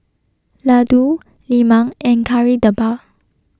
Laddu Lemang and Kari Debal